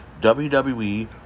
WWE